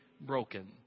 broken